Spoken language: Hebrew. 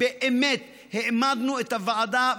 באמת העמדנו את הוועדה,